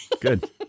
good